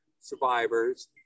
survivors